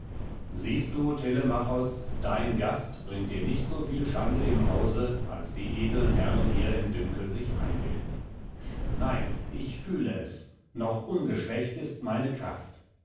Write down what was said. siehst du telemachos dein gast bringt dir nicht soviel schande im hause als die edeln herrn hier in ihrem dünkel sich einbilden nein ich fühle es noch ungeschwächt ist meine kraft